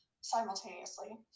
simultaneously